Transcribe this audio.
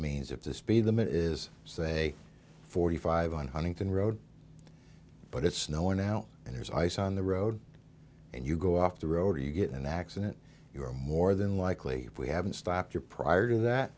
means if the speed limit is say forty five on huntington road but it's snowing now and there's ice on the road and you go off the road or you get an accident you're more than likely if we haven't stopped your prior to that